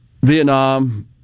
Vietnam